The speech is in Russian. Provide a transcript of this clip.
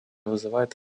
вызывает